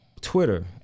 twitter